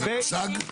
זה מושג?